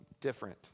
different